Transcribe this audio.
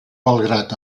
belgrad